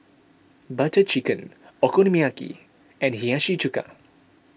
Butter Chicken Okonomiyaki and Hiyashi Chuka